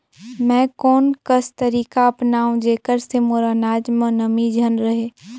मैं कोन कस तरीका अपनाओं जेकर से मोर अनाज म नमी झन रहे?